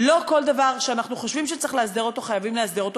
לא כל דבר שאנחנו חושבים שצריך לאסדר חייבים לאסדר,